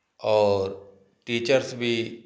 और टीचर्स भी